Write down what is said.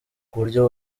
kuburyo